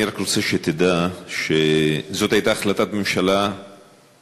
אני רק רוצה שתדע שזאת הייתה החלטת ממשלה שאני